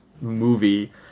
movie